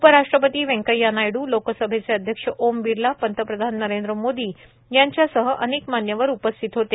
उपराष्ट्रपती व्यंकय्या नायडू लोकसभेचे अध्यक्ष ओम बिर्ला पंतप्रधान नरेंद्र मोदी यांच्यासह अनेक मान्यवर उपस्थित होते